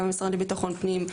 גם המשרד לביטחון פנים,